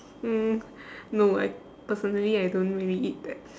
mm no I personally I don't really eat that